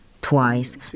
twice